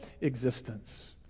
existence